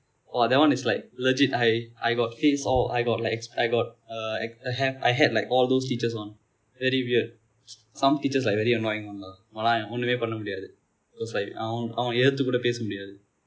!wah! that one is like legit I I got face oh I got like exp~ I got uh I have I had like all those teachers one very weird some teachers like very annoying one நம்மால் ஒன்னுமே பன்ன முடியாது:nammaal onnume panna mudiyaathu it's like அவன் அவன எதுத்து கூட பேச முடியாது :avan avana ethuthu kuda pesa mudiyaathu